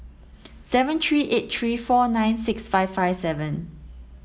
seven three eight three four nine six five five seven